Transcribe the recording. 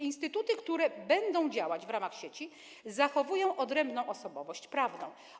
Instytuty, które będą działać w ramach sieci, zachowają odrębną osobowość prawną.